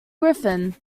griffin